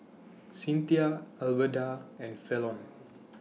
Cinthia Alverda and Falon